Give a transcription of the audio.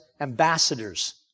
ambassadors